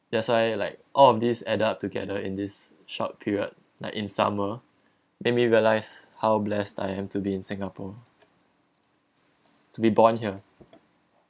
that's why like all of these add up together in this short period like in summer made me realize how blessed I am to be in singapore to be born here